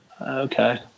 okay